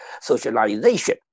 socialization